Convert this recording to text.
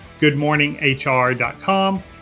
goodmorninghr.com